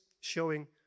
showing